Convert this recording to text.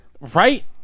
Right